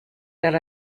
that